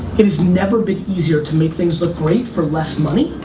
it has never been easier to make things look great for less money.